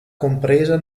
compresa